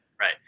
Right